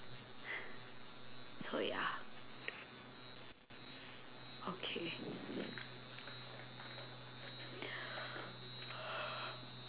so ya okay